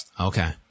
Okay